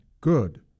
Good